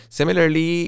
Similarly